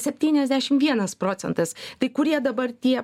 septyniasdešim vienas procentas tai kurie dabar tie